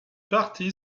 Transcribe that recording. partie